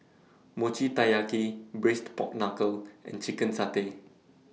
Mochi Taiyaki Braised Pork Knuckle and Chicken Satay